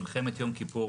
מלחמת יום כיפור